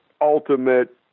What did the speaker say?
ultimate